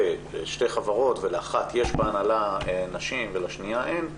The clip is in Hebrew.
שתי חברות ולאחת יש בהנהלה נשים ולשנייה אין,